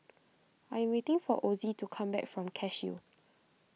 I am waiting for Ozie to come back from Cashew